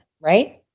right